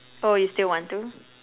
oh you still want to